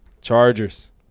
Chargers